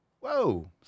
whoa